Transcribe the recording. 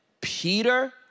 Peter